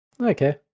Okay